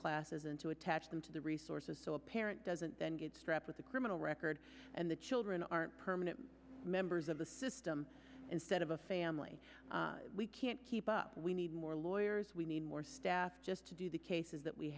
classes and to attach them to the resources so a parent doesn't then get strapped with a criminal record and the children aren't permanent members of the system instead of a family we can't keep up we need more lawyers we need more staff just to do the cases that we